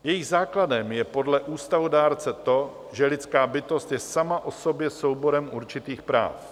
Jejich základem je podle ústavodárce to, že lidská bytost je sama o sobě souborem určitých práv.